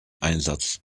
einsatz